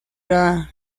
era